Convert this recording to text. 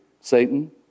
Satan